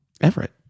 Everett